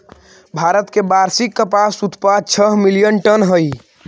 भारत के वार्षिक कपास उत्पाद छः मिलियन टन हई